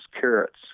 carrots